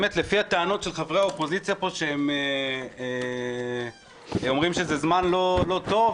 באמת לפי הטענות של חברי האופוזיציה פה שאומרים שזה זמן לא טוב,